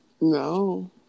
No